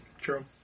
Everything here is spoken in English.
True